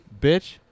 Bitch